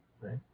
Right